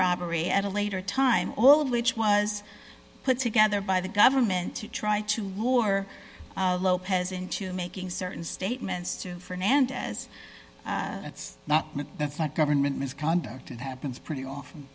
robbery at a later time all of which was put together by the government to try to lure lopez into making certain statements to fernandez that's not me that's not government misconduct it happens pretty often